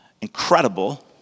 Incredible